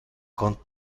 con